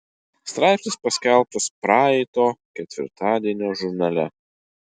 straipsnis paskelbtas praeito ketvirtadienio žurnale